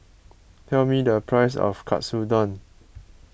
tell me the price of Katsudon